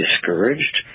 discouraged